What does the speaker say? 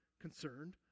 concerned